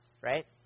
right